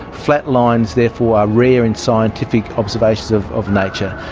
flat lines therefore are rare in scientific observations of of nature.